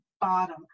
bottom